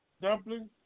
dumplings